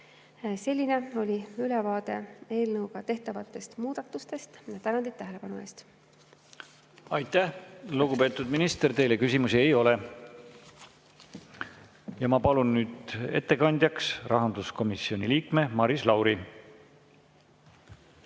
Selline oli ülevaade eelnõuga tehtavatest muudatustest. Tänan teid tähelepanu eest! Aitäh, lugupeetud minister! Teile küsimusi ei ole. Ma palun ettekandjaks rahanduskomisjoni liikme Maris Lauri.